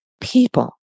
people